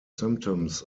symptoms